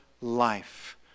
life